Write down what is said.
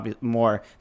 more